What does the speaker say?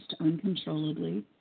uncontrollably